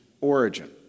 origin